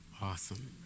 Awesome